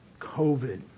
COVID